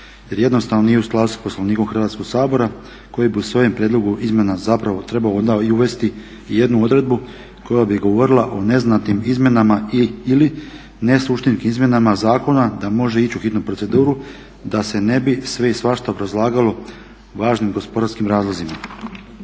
jer jednostavno nije u skladu sa Poslovnikom Hrvatskog sabora koji bi u svom prijedlogu izmjena trebao onda uvesti i jednu odredbu koja bi govorila o neznatnim izmjenama i ili ne … izmjenama zakona da može ići u hitnu proceduru da se ne bi sve i svašta obrazlagalo važnim gospodarskim razlozima.